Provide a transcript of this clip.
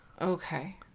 Okay